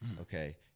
okay